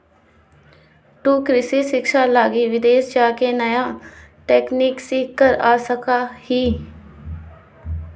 तु कृषि शिक्षा लगी विदेश जाके नया तकनीक सीख कर आ सका हीं